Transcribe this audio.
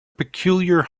peculiar